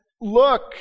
Look